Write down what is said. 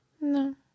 No